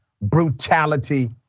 brutality